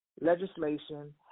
legislation